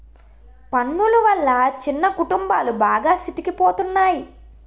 పన్నులు వల్ల చిన్న కుటుంబాలు బాగా సితికిపోతున్నాయి